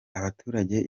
abaturage